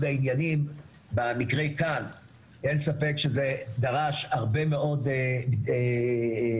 העניינים במקרה כאן אין ספק שדרש הרבה מאד הסדרים,